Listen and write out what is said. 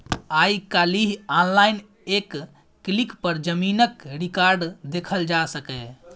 आइ काल्हि आनलाइन एक क्लिक पर जमीनक रिकॉर्ड देखल जा सकैए